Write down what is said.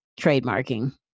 trademarking